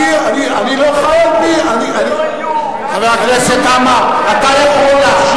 הם לא חלק, זה לא איום.